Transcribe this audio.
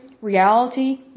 reality